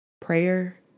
Prayer